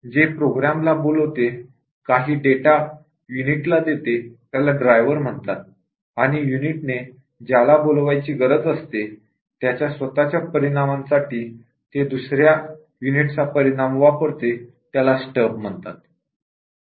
जे प्रोग्रॅम ला कॉल करते काही डेटा युनिट ला देते त्याला ड्राइवर म्हणतात आणि युनिटने ज्याला कॉल करायची गरज असते त्याच्या स्वतःच्या परिणामासाठी ते दुसऱ्या युनिट चा परिणाम वापरते त्याला स्टब म्हणतात